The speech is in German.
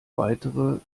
weitere